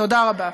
תודה רבה.